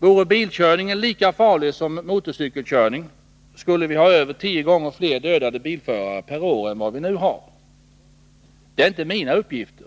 Vore bilkörning lika farlig som motorcykelkörning skulle vi ha över tio gånger fler dödade bilförare per år än vi nu har. Detta är inte mina uppgifter,